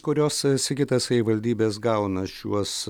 kurios sigita savivaldybės gauna šiuos